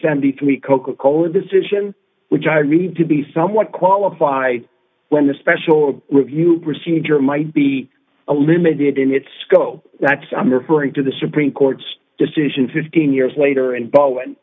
seventy three coca cola decision which i read to be somewhat qualify when the special review procedure might be a limited in its scope that's i'm referring to the supreme court's decision fifteen years later and b